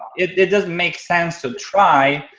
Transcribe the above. it doesn't make sense to try.